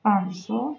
پانچ سو